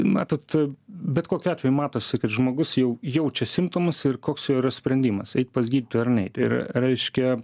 matot bet kokiu atveju matosi kad žmogus jau jaučia simptomus ir koks jo yra sprendimas eit pas gydytoją ar neit ir reiškia